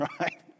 right